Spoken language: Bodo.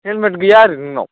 हेलमेट गैया आरो नोंनाव